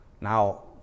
Now